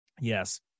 Yes